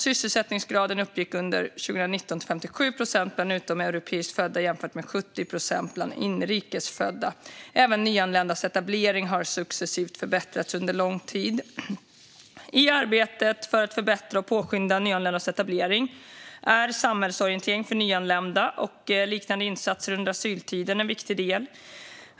Sysselsättningsgraden uppgick under 2019 till 57 procent bland utomeuropeiskt födda jämfört med 70 procent bland inrikes födda. Även nyanländas etablering har successivt förbättrats under lång tid. I arbetet för att förbättra och påskynda nyanländas etablering är samhällsorientering för nyanlända och liknande insatser under asyltiden en viktig del.